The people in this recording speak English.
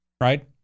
right